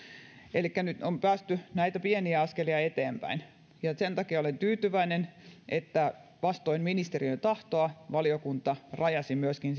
elikkä nyt on päästy näitä pieniä askelia eteenpäin ja sen takia olen tyytyväinen että vastoin ministeriön tahtoa valiokunta myöskin